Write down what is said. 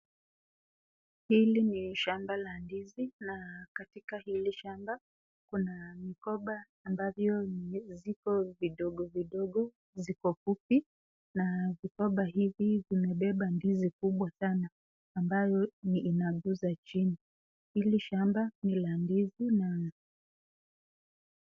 Hili ni shamba la ndizi, na katika hili shamba. Kuna mkoba ambavyo ziko vidogo vidogo, ziko fupi na vikoba hizi zimebeba ndizi kubwa sana ambayo inaguza chini. Hili shamba ni la ndizi na